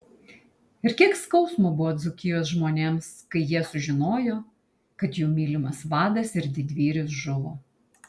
ir kiek skausmo buvo dzūkijos žmonėms kai jie sužinojo kad jų mylimas vadas ir didvyris žuvo